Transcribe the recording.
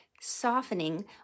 softening